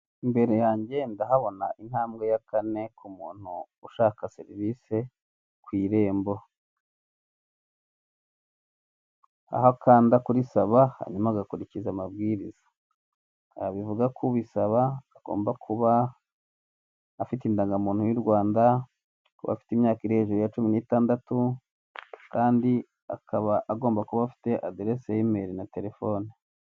Imbere yajye ndahabona intabwe ya kane kumuntu ushaka serivise y'irembo, aho akanda kuri saba hanyuma agakurikiza amabwiza. bivugako ubisaba agamba kuba indangamuntu y' u Rwanda, kubafite imyaka irihejuru ya cyumi nitandatu, kandi akaba agamba afite aderesi ya emeri na telefone.